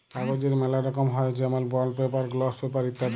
কাগজের ম্যালা রকম হ্যয় যেমল বন্ড পেপার, গ্লস পেপার ইত্যাদি